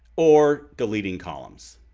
or deleting columns.